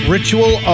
Ritual